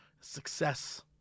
success